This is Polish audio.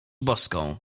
boską